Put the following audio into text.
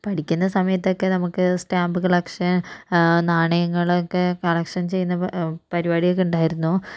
പഠിക്കുന്ന സമയത്തൊക്കെ നമുക്ക് സ്റ്റാമ്പ് കളക്ഷൻ നാണയങ്ങളൊക്കെ കളക്ഷൻ ചെയ്യുന്ന പ പരിപാടിയൊക്കെ ഉണ്ടായിരുന്നു